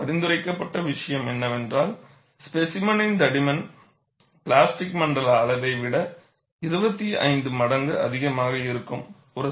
பரிந்துரைக்கப்பட்ட விஷயம் என்னவென்றால் ஸ்பேசிமெனின் தடிமன் பிளாஸ்டிக் மண்டல அளவை விட 25 மடங்கு அதிகமாக இருக்க வேண்டும்